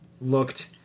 looked